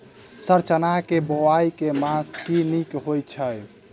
Sir चना केँ बोवाई केँ मास मे नीक होइ छैय?